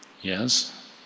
Yes